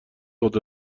خود